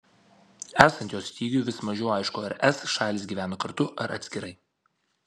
esant jo stygiui vis mažiau aišku ar es šalys gyvena kartu ar atskirai